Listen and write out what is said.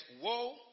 Woe